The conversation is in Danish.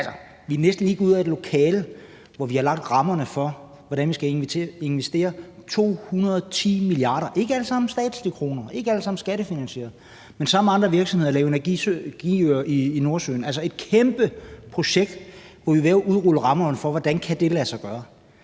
vi er næsten lige gået ud af et lokale, hvor vi har lagt rammerne for, hvordan vi skal investere 210 mia. kr. – ikke alle sammen statslige kroner, ikke alle sammen skattefinansierede – og sammen med andre virksomheder lave energiøer i Nordsøen. Det er altså et kæmpe projekt, hvor vi er ved at udrulle rammerne for, hvordan det kan lade sig gøre.